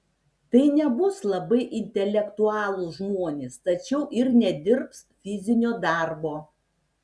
tai nebus labai intelektualūs žmonės tačiau ir nedirbs fizinio darbo